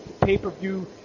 pay-per-view